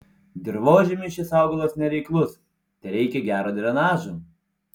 dirvožemiui šis augalas nereiklus tereikia gero drenažo